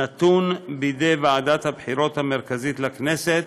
נתונה בידי ועדת הבחירות המרכזית לכנסת,